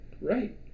right